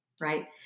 right